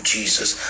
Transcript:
Jesus